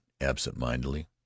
absent-mindedly